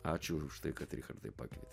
ačiū už tai kad richardai pakvietėt